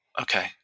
Okay